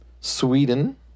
Sweden